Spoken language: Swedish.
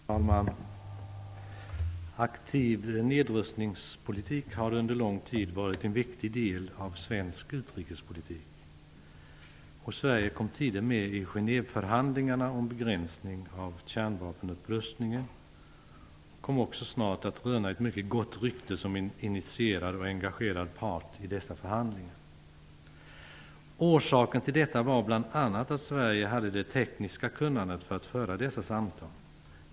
Herr talman! Aktiv nedrustningspolitik har under lång tid varit en viktig del av svensk utrikespolitik. Sverige kom tidigt med i Genève-förhandlingarna om begränsning av kärnvapenupprustningen och kom snart att röna ett mycket gott rykte som en initierad och engagerad part i dessa förhandlingar. Orsaken till detta var bl.a. att Sverige hade det tekniska kunnandet för att föra dessa samtal.